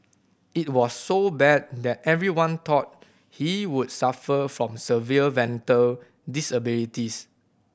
it was so bad that everyone thought he would suffer from severe mental disabilities